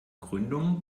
gründung